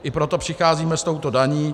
I proto přicházíme s touto daní.